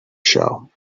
show